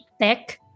tech